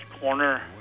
corner